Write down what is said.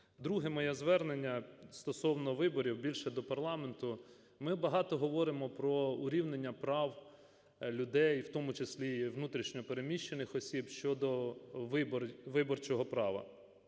Друге моє звернення: стосовно виборів, більше до парламенту. Ми багато говоримо про урівнення прав людей, в тому числі внутрішньо переміщених осіб, щодо виборчого права.